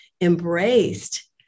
embraced